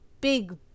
big